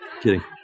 kidding